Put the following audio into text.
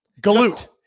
Galoot